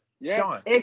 Yes